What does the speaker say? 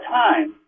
time